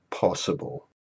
possible